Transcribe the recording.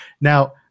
Now